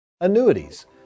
Annuities